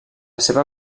seva